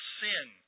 sin